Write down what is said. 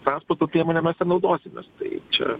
transporto priemonėm mes ir naudosimės tai čia